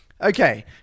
Okay